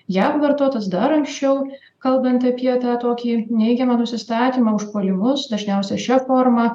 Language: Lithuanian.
jam vartotas dar anksčiau kalbant apie tą tokį neigiamą nusistatymą užpuolimus dažniausia šia forma